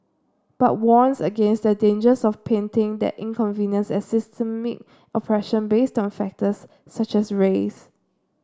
but warns against the dangers of painting that inconvenience as systemic oppression based on factors such as race